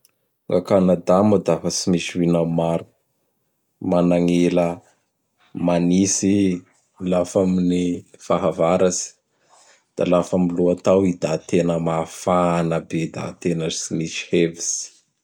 A Kanada moa dafa tsy misy vina am maro; manang'ila manitsy i lafa amin'ny fahavaratsy; da lafa am lohatao i da tena mafana be ena tsy misy hevitsy.